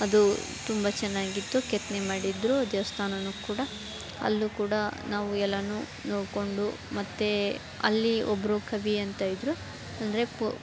ಅದು ತುಂಬ ಚೆನ್ನಾಗಿತ್ತು ಕೆತ್ತನೆ ಮಾಡಿದ್ದರು ದೇವಸ್ಥಾನವೂ ಕೂಡ ಅಲ್ಲಿಯೂ ಕೂಡ ನಾವು ಎಲ್ಲವೂ ನೋಡಿಕೊಂಡು ಮತ್ತು ಅಲ್ಲಿ ಒಬ್ಬರು ಕವಿ ಅಂತ ಇದ್ದರು ಅಂದರೆ ಪು